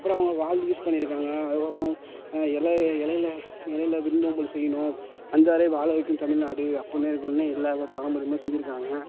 அப்புறம் அவங்க வாள் யூஸ் பண்ணியிருக்காங்க அதுக்கப்புறம் எல்லா இலையில இலையில விருந்தோம்பல் செய்யணும் வந்தாரை வாழவைக்கும் தமிழ்நாடு அப்பிட்னா இருக்கணும்னு எல்லாமே பாரம்பரியமாக செஞ்சுருக்காங்க